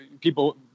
people